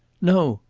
no!